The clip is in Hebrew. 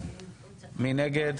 מי נגד?